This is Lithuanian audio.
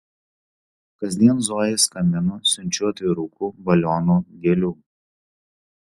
kasdien zojai skambinu siunčiu atvirukų balionų gėlių